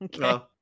okay